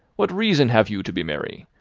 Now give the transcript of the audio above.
what reason have you to be merry?